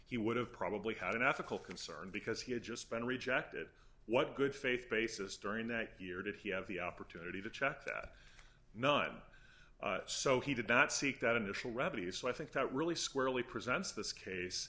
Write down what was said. he would have probably had an ethical concern because he had just been rejected what good faith basis during that year did he have the opportunity to check that none so he did not seek that initial remedy so i think that really squarely presents this case